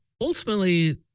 ultimately